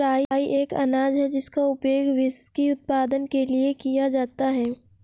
राई एक अनाज है जिसका उपयोग व्हिस्की उत्पादन के लिए किया जाता है